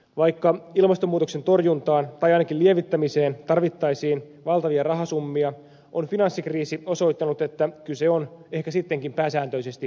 vaikka ilmastonmuutoksen torjuntaan tai ainakin lievittämiseen tarvittaisiin valtavia rahasummia on finanssikriisi osoittanut että kyse on ehkä sittenkin pääsääntöisesti tahdosta